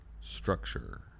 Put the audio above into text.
Structure